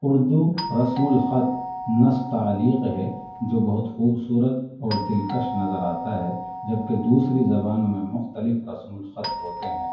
اردو رسم الخط نستعلیق ہے جو بہت خوبصورت اور دلکش نظر آتا ہے جبکہ دوسری زبانوں میں مختلف رسم الخط ہوتے ہیں